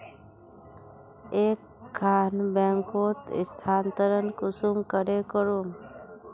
एक खान बैंकोत स्थानंतरण कुंसम करे करूम?